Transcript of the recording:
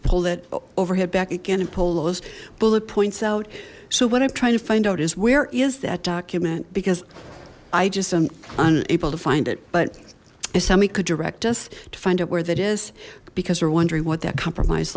pull it over head back again and pull those bullet points out so what i'm trying to find out is where is that document because i just am unable to find it but if somebody could direct us to find out where that is because we're wondering what that compromise